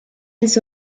îles